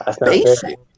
Basic